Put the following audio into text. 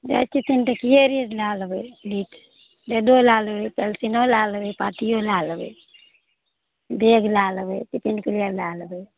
जाए छिए तीनटकिए लीड लै लेबै लीख लीडो लै लेबै पेन्सिलो लै लेबै पाटिओ लै लेबै बैग लै लेबै टिफिन कैरिअर लै लेबै